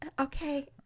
okay